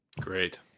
Great